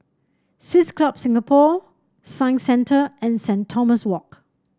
Swiss Club Singapore Science Centre and Saint Thomas Walk